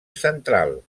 central